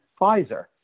Pfizer